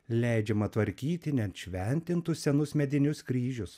leidžiama tvarkyti net šventintus senus medinius kryžius